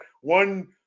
one